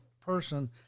person